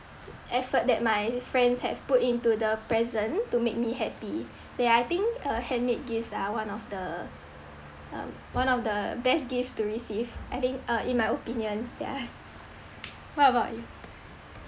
effort that my friends have put into the present to make me happy so ya I think uh handmade gifts are one of the um one of the best gifts to receive I think uh in my opinion ya what about you